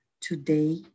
today